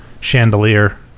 chandelier